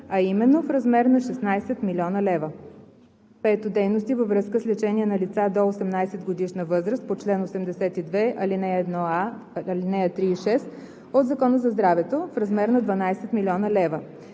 а именно в размер на 16 млн. лв. 5. дейности във връзка с лечение на лица до 18-годишна възраст по чл. 82, ал. 1а, 3 и 6 от Закон за здравето в размер на 12 млн. лв.